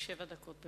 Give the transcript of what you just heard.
שבע דקות.